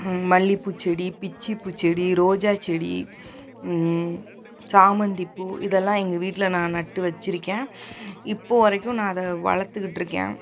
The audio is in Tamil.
மல்லிப்பூச்செடி பிச்சிப்பூச்செடி ரோஜாச்செடி சாமந்திப்பூ இதெல்லாம் எங்கள் வீட்டில் நான் நட்டு வெச்சுருக்கேன் இப்போது வரைக்கும் நான் அதை வளர்த்துக்கிட்ருக்கேன்